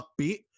upbeat